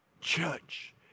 Church